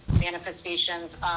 manifestations